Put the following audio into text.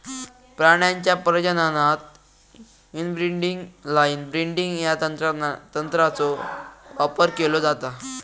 प्राण्यांच्या प्रजननात inbreeding line breeding या तंत्राचो वापर केलो जाता